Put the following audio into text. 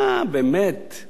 להציל את המדינה?